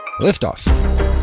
liftoff